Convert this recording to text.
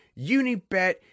UniBet